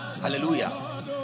Hallelujah